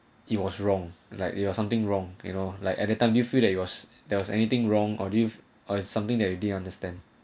it was wrong like you got something wrong you know like at that time do you feel that you was there was anything wrong or you or something they already understand